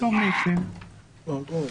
אחר כך.